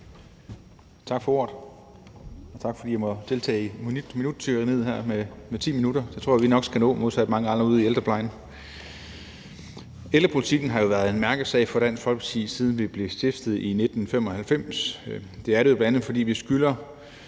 Tak for det, og tak for, at jeg må deltage i minuttyranniet her med 10 minutter. Det tror jeg at vi nok skal nå – modsat mange andre ude i ældreplejen. Ældrepolitikken har jo været en mærkesag for Dansk Folkeparti, siden vi blev stiftet i 1995. Det er det, bl.a. fordi vi skylder